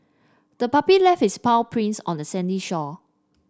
the puppy left its paw prints on the sandy shore